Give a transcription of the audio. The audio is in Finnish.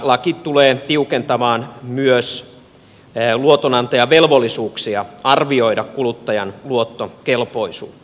laki tulee tiukentamaan myös luotonantajan velvollisuuksia arvioida kuluttajan luottokelpoisuutta